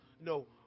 no